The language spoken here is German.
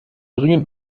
dringend